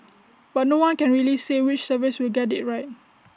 but no one can really say which service will get IT right